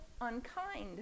unkind